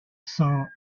saw